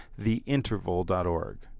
theinterval.org